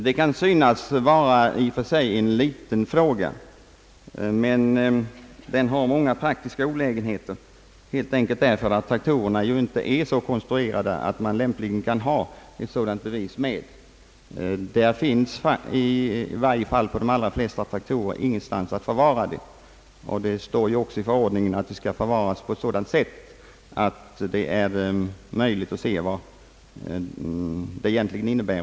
Detta kan synas vara en i och för sig liten fråga, men den nuvarande skyldigheten innebär många praktiska olägenheter. Traktorerna är ju helt enkelt inte så konstruerade att man kan medföra ett sådant bevis; i varje fall på de flesta traktorer finns det ingen plats där beviset kan förvaras — och det sägs ju i förordningen att handlingen skall förvaras på sådant sätt att det är möjligt att också se vad den egentligen innebär.